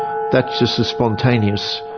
that's just a spontaneous,